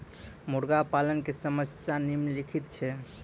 मुर्गा पालन के समस्या निम्नलिखित छै